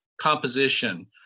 Composition